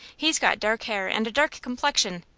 he's got dark hair and a dark complexion,